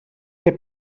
que